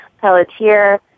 Pelletier